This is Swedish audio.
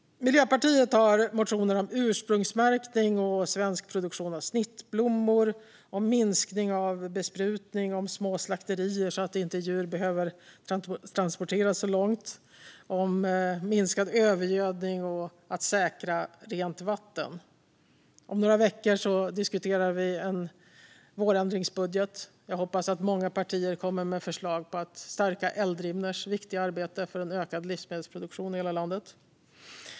Miljöpartiet har motioner om ursprungsmärkning, svensk produktion av snittblommor, minskning av besprutning, små slakterier så att djur inte behöver transporteras så långt, minskad övergödning och att säkra rent vatten. Om några veckor diskuterar vi en vårändringsbudget. Jag hoppas att många partier kommer med förslag på att stärka Eldrimners viktiga arbete för en ökad livsmedelsproduktion i hela landet.